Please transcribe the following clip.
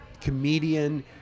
comedian